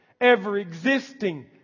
ever-existing